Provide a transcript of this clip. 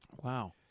Wow